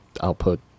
output